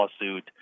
lawsuit